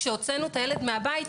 כשהוצאנו את הילד מהבית,